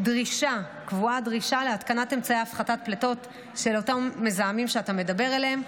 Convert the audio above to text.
קבועה דרישה להתקנת אמצעי הפחתת פליטות של אותם מזהמים שאתה מדבר עליהם,